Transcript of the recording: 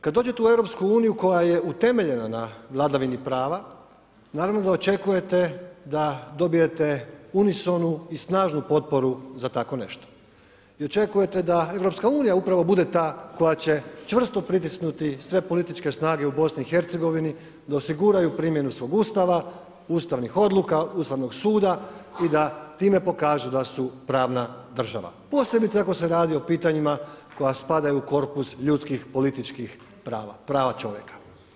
Kad dođete u EU koja je utemeljena na vladavini prava, naravno da očekujete da dobijete unisonu i snažnu potporu za tako nešto i očekujete da EU upravo bude ta koja će čvrsto pritisnuti sve političke snage u BiH da osiguraju primjenu svog Ustava, Ustavnih odluka, Ustavnog suda i da time pokažu da su pravna država, posebice ako se radi o pitanjima koja spadaju u korpus ljudskih, političkih prava, prava čovjeka.